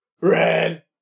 Red